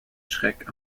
schreck